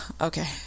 Okay